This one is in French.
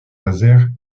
laser